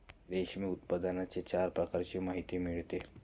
रेशीम उत्पादनाच्या चार प्रकारांची माहिती मिळते